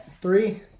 Three